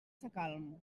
sacalm